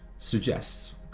suggests